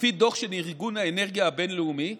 לפי דוח של ארגון האנרגיה הבין-לאומי,